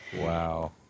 Wow